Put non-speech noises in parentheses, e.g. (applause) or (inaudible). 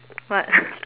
what (laughs)